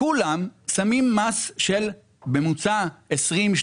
מטילות מס של 20,